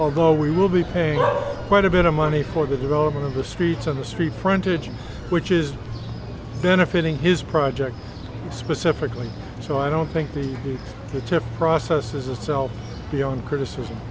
although we will be paying quite a bit of money for the development of the streets on the street frontage which is benefiting his project specifically so i don't think that the process is a self beyond criticism